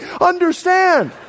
Understand